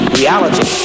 reality